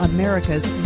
America's